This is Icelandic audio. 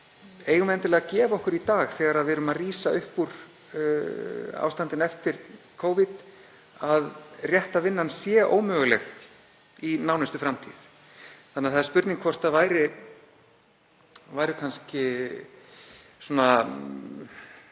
eigum við endilega að gefa okkur í dag, þegar við erum að rísa upp úr ástandinu eftir Covid, að rétta vinnan sé ómöguleg í nánustu framtíð? Það er spurning hvort það séu gild sjónarmið,